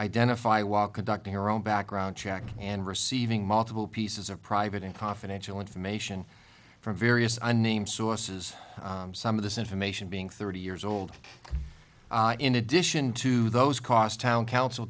identify walk conducting her own background check and receiving multiple pieces of private and confidential information from various unnamed sources some of this information being thirty years old in addition to those cost town council